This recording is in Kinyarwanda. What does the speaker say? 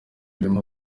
birimo